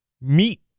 meat